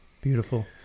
Beautiful